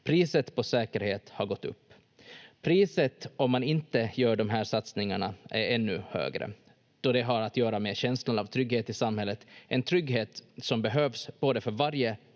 Priset på säkerhet har gått upp. Priset om man inte gör de här satsningarna är ännu högre, då det har att göra med känslan av trygghet i samhället — en trygghet som behövs både för varje